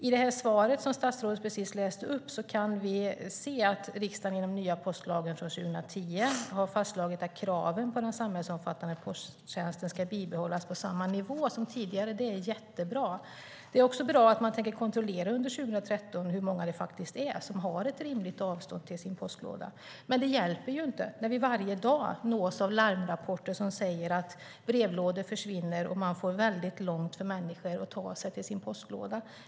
I det svar som statsrådet precis läste upp kan vi notera att riksdagen i den nya postlagen från 2010 har fastslagit att kraven på den samhällsomfattande posttjänsten ska bibehållas på samma nivå som tidigare. Det är jättebra. Det är också bra att man under 2013 tänker kontrollera hur många det faktiskt är som har ett rimligt avstånd till sin postlåda, men det hjälper ju inte när vi varje dag nås av larmrapporter som säger att brevlådor försvinner och människor får väldigt lång väg till sin postlåda.